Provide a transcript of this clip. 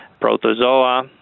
protozoa